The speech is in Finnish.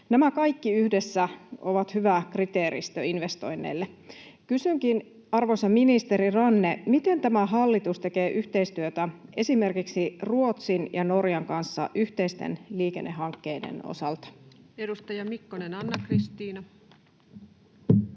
Nämä kaikki yhdessä ovat hyvä kriteeristö investoinneille. Kysynkin, arvoisa ministeri Ranne: miten tämä hallitus tekee yhteistyötä esimerkiksi Ruotsin ja Norjan kanssa yhteisten liikennehankkeiden osalta? [Speech 477] Speaker: